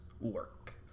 work